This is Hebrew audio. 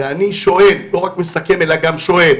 ואני לא רק מסכם אלא גם שואל: